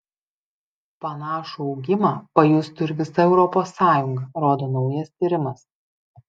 panašų augimą pajustų ir visa europos sąjunga rodo naujas tyrimas